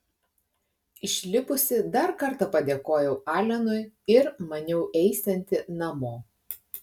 išlipusi dar kartą padėkojau alenui ir maniau eisianti namo